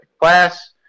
class